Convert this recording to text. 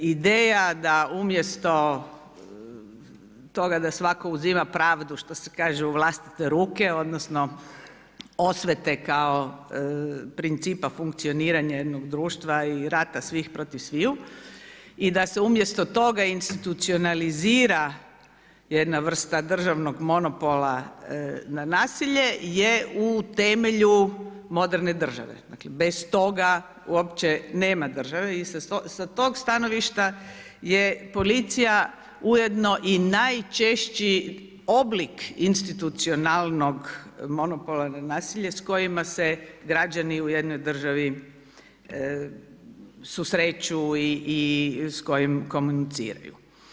Ideja da umjesto toga da svako uzima pravdu što se kaže u vlastite ruke odnosno osvete kao principa funkcioniranja jednog društva i rata svih protiv sviju i da se umjesto toga institucionalizira jedna vrsta državnog monopola na nasilje je u temelju moderne države, dakle bez toga uopće nema države i sa tog stanovišta je policija ujedno i najčešći oblik institucionalnog monopola na nasilje s kojima se građani u jednoj državi susreću i s kojim komuniciraju.